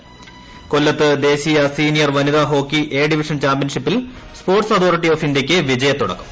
പ കൊല്ലത്ത് ദേശീയ സീനിയർ വനിതാ ഹോക്കി എ ഡിവിഷൻ ചാമ്പ്യൻഷിപ്പിൽ സ്പോർട്സ് അതോറിറ്റി ഓഫ് ഇന്ത്യയ്ക്ക് വിജയത്തുടക്കം